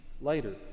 later